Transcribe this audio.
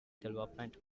development